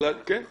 אנחנו